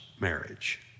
marriage